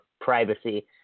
privacy